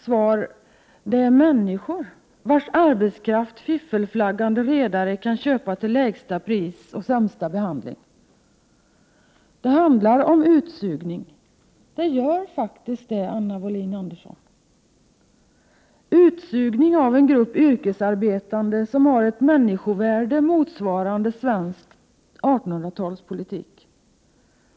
Svar: Det är människor, vilkas arbetskraft fiffelflaggande redare kan köpa till lägsta pris och sämsta behandling. Det handlar om utsugning — det gör faktiskt det, Anna Wohlin-Andersson! — av en grupp yrkesarbetande, som har ett människovärde motsvarande svensk 1800-talspolitik.